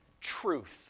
truth